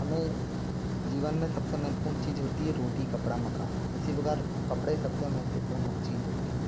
हमें जीवन में सबसे महत्वपूर्ण चीज़ होती है रोटी कपड़ा मकान उसी प्रकार कपड़े सबसे महत्वपूर्ण हों चीज़ होती है